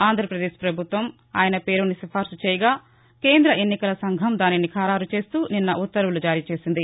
ఆంధ్రాప్రదేశ్ పభుత్వం ఆయన పేరును సిఫార్సుచేయగా కేంద ఎన్నికల సంఘం దానిని ఖరారుచేస్తూ నిన్న ఉత్తర్వులు జారీచేసింది